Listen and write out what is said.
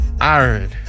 iron